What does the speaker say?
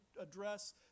address